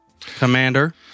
Commander